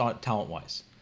talent-wise